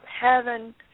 heaven